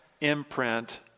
imprint